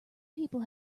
people